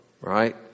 right